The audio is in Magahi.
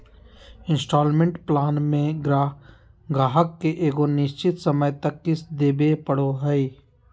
इन्सटॉलमेंट प्लान मे गाहक के एगो निश्चित समय तक किश्त देवे पड़ो हय